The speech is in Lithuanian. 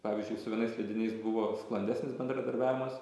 pavyzdžiui su vienais leidiniais buvo sklandesnis bendradarbiavimas